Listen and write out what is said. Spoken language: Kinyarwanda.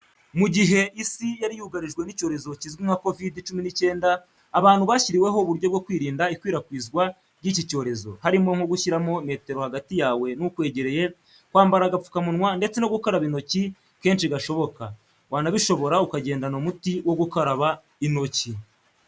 Mu gihe isi yari yugarijwe n'icyorezo kizwi nka Covid cumi n’icyenda, abantu bashyiriweho uburyo bwo kwirinda ikwirakwizwa ry’iki cyorezo, harimo nko gushyiramo metero hagati yawe n'ukwegereye, kwambara agapfukamunwa ndetse no gukaraba intoki kenshi gashoboka, wanabishobora ukagendana umuti wo gukaraba intoki.